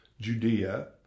Judea